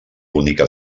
bonica